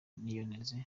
niyonteze